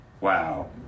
Wow